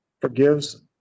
forgives